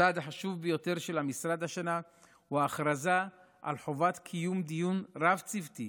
הצעד החשוב ביותר של המשרד השנה הוא ההכרזה על חובת קיום דיון רב-צוותי